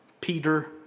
Peter